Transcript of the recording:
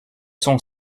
sont